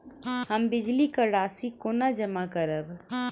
हम बिजली कऽ राशि कोना जमा करबै?